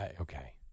Okay